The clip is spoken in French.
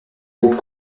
groupe